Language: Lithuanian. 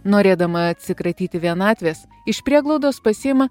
norėdama atsikratyti vienatvės iš prieglaudos pasiima